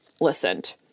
listened